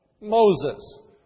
Moses